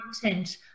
content